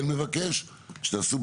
דבר אחד אני כן מבקש, שתעשו בדיקה,